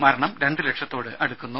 മരണം രണ്ട് ലക്ഷത്തോട് അടുക്കുന്നു